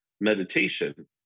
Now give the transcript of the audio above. meditation